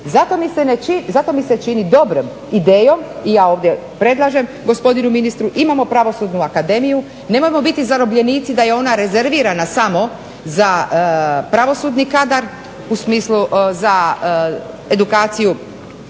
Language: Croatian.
Zato mi se čini dobrom idejom i ja ovdje predlažem gospodinu ministru, imamo pravosudnu akademiju, nemojmo biti zarobljenici da je ona rezervirana samo za pravosudni kadar, u smislu za edukaciju